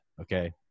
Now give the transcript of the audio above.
okay